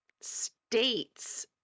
states